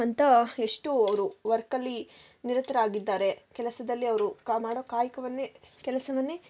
ಅಂತ ಎಷ್ಟು ಅವರು ವರ್ಕಲ್ಲಿ ನಿರತರಾಗಿದ್ದಾರೆ ಕೆಲಸದಲ್ಲಿ ಅವರು ಕಾ ಮಾಡೋ ಕಾಯಕವನ್ನೇ ಕೆಲಸವನ್ನೇ